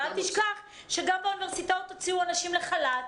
אבל אל תשכח שגם באוניברסיטאות הוציאו אנשים לחל"ת,